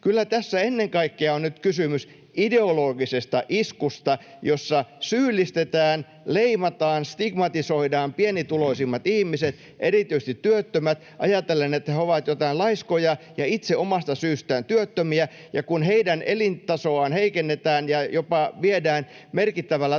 Kyllä tässä ennen kaikkea on nyt kysymys ideologisesta iskusta, jossa syyllistetään, leimataan, stigmatisoidaan pienituloisimmat ihmiset, erityisesti työttömät, ajatellen, että he ovat jotenkin laiskoja ja itse omasta syystään työttömiä. Ja kun heidän elintasoaan heikennetään ja jopa viedään merkittävällä